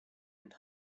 and